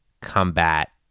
combat